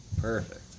Perfect